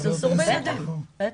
בטח.